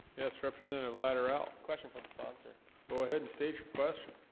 yes representative ladder out question for the sponsor go ahead and state your question.